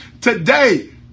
Today